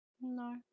No